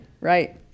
Right